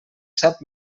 sap